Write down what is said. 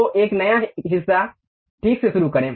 तो एक नया हिस्सा ठीक से शुरू करें